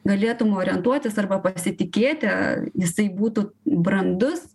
galėtum orientuotis arba pasitikėti jisai būtų brandus